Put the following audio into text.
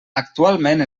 actualment